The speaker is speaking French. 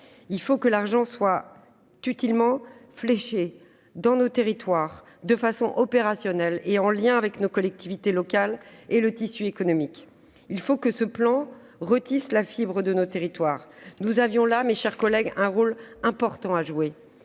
Il faut que l'argent soit utilement fléché dans nos territoires, de façon opérationnelle, en lien avec nos collectivités locales et le tissu économique. Il faut que ce plan retisse la fibre de nos territoires. Nous avions là un rôle important à jouer.